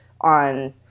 on